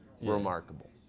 remarkable